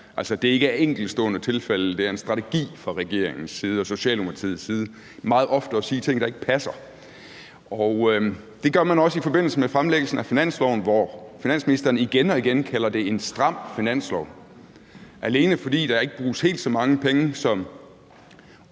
altså ikke er enkeltstående tilfælde, men en strategi fra regeringens og Socialdemokratiets side meget ofte at sige ting, der ikke passer. Det gør man også i forbindelse med fremsættelsen af finanslovsforslaget, hvor finansministeren igen og igen kalder det en stram finanslov, alene fordi der ikke bruges helt så mange penge som